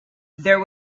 there